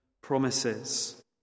promises